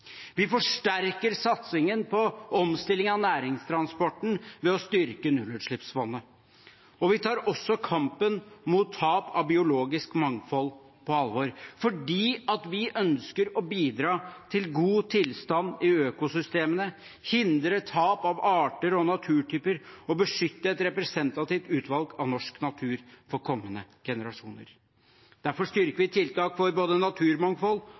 Vi forsterker satsingen på omstilling av næringstransporten ved å styrke Nullutslippsfondet, og vi tar også kampen mot tap av biologisk mangfold på alvor – fordi vi ønsker å bidra til god tilstand i økosystemene, hindre tap av arter og naturtyper og beskytte et representativt utvalg av norsk natur for kommende generasjoner. Derfor styrker vi tiltak for både naturmangfold